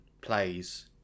plays